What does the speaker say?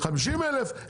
50,000,